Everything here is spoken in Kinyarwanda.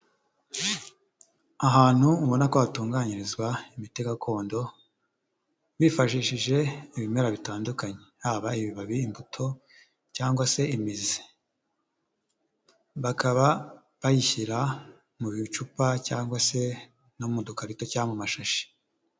Ahantu ubona ko hatunganyirizwa imiti gakondo bifashishije ibimera bitandukanye, haba ibibabi, immbuto cyangwa se imizi, bakaba bayishyira mu bicupa cyangwa se no mu dukarito cyangwa amashashi.